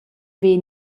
ver